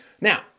Now